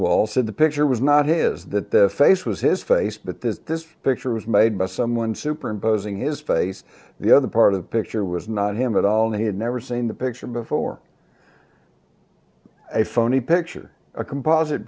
well said the picture was not is that the face was his face but that this picture was made by someone superimposing his face the other part of the picture was not him at all and he had never seen the picture before a phony picture a composite